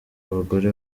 abagore